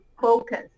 focus